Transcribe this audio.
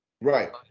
right